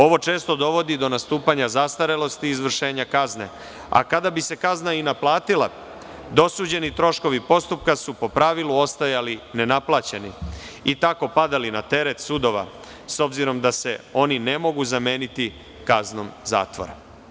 Ovo često dovodi do nastupanja zastarelosti izvršenja kazne, a kada bi se kazna i naplatila, dosuđeni troškovi postupka su po pravilu ostajali nenaplaćeni i tako padali na teret sudova, s obzirom da se oni ne mogu zameniti kaznom zatvora.